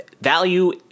Value